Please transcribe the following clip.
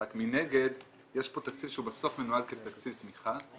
רק מנגד יש פה תקציב שהוא מנוהל כתקציב תמיכה.